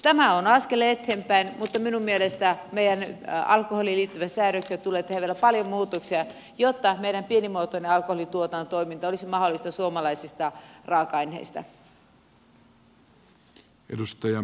tämä on askel eteenpäin mutta minun mielestäni meidän alkoholiin liittyviin säädöksiin tulee tehdä vielä paljon muutoksia jotta meidän pienimuotoinen alkoholintuotantotoiminta olisi mahdollista suomalaisista raaka aineista